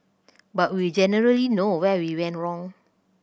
but we generally know where we went wrong